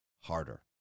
harder